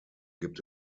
gibt